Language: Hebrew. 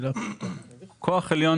כוח עליון,